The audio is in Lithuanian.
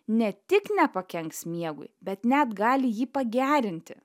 ne tik nepakenks miegui bet net gali jį pagerinti